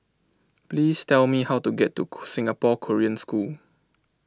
please tell me how to get to Singapore Korean School